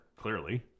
clearly